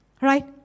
Right